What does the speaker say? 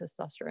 testosterone